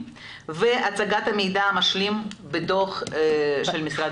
והצגת המידע המשלים בדו"ח של משרד הבריאות.